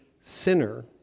sinner